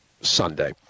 Sunday